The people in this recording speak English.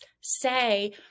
say